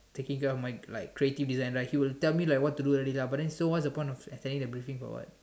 taking care of my like creative design right he will tell me like what to do already lah but then what's the point of attending the briefing for what